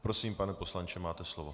Prosím, pane poslanče, máte slovo.